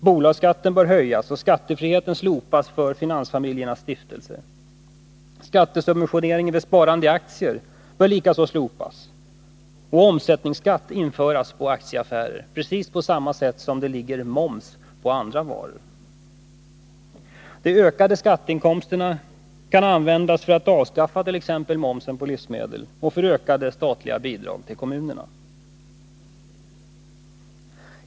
Bolagsskatten bör höjas och skattefriheten slopas för finansfamiljernas stiftelser. Skattesubventioneringen för sparande i aktier bör likaså slopas och omsättningsskatt införas på aktieaffärer, precis på samma sätt som det ligger moms på andra varor. De ökade skatteinkomsterna kan användas för att avskaffa t.ex. momsen på livsmedel och för ökade statliga bidrag till kommunerna.